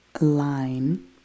line